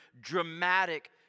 dramatic